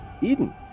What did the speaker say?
eden